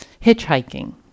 hitchhiking